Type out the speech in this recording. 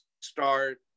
start